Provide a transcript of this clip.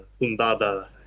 Umbaba